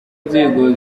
nzego